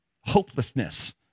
hopelessness